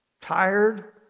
tired